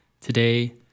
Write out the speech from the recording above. Today